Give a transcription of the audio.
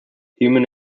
human